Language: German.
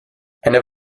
eine